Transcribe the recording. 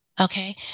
Okay